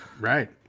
right